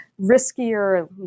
riskier